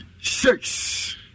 six